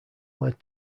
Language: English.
led